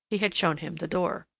he had shown him the door.